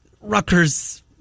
Rutgers